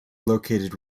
located